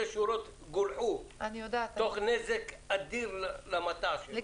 שורות גולחו תוך נזק אדיר למטע שלו.